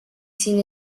seen